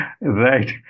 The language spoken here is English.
right